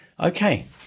Okay